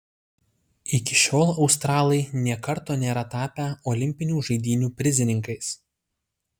iki šiol australai nė karto nėra tapę olimpinių žaidynių prizininkais